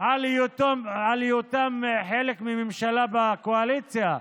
על היותם חלק מממשלה בקואליציה.